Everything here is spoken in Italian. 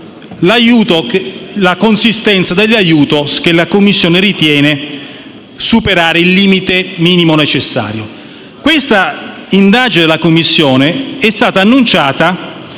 la consistenza dell'aiuto, che la Commissione ritiene superare il limite minimo necessario. Questa indagine della Commissione è stata annunciata